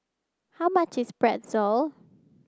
how much is Pretzel